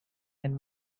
and